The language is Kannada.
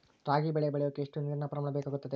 ರಾಗಿ ಬೆಳೆ ಬೆಳೆಯೋಕೆ ಎಷ್ಟು ನೇರಿನ ಪ್ರಮಾಣ ಬೇಕಾಗುತ್ತದೆ?